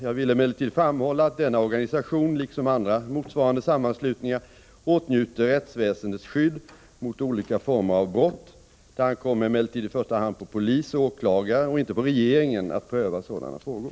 Jag vill emellertid framhålla att denna organisation, liksom andra motsvarande sammanslutningar, åtnjuter rättsväsendets skydd mot olika former av brott. Det ankommer emellertid i första hand på polis och åklagare och inte på regeringen att pröva sådana frågor.